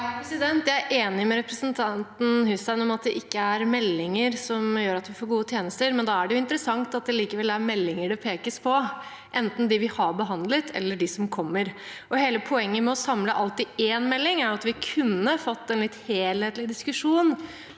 Jeg er enig med re- presentanten Hussein i at det ikke er meldinger som gjør at vi får gode tjenester, men da er det jo interessant at det likevel er meldinger det pekes på, enten de vi har behandlet, eller de som kommer. Hele poenget med å samle alt i én melding er at vi kunne fått en helhetlig diskusjon